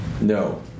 no